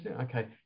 okay